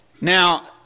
Now